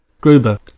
Gruber